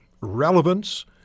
relevance